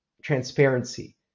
transparency